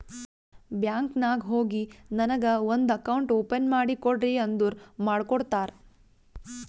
bank ನಾಗ್ ಹೋಗಿ ನನಗ ಒಂದ್ ಅಕೌಂಟ್ ಓಪನ್ ಮಾಡಿ ಕೊಡ್ರಿ ಅಂದುರ್ ಮಾಡ್ಕೊಡ್ತಾರ್